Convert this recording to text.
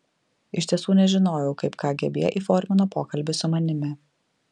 iš tiesų nežinojau kaip kgb įformino pokalbį su manimi